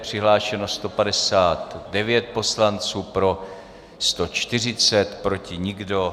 Přihlášeno 159 poslanců, pro 140, proti nikdo.